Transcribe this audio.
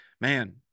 man